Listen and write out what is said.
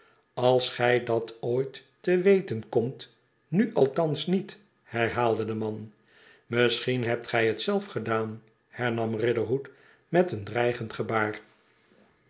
als gij dat al ooit te weten komt nu althans niet herhaalde de man misschien hebt gij het zelf gedaan hernam riderhood meteen dreigend gebaar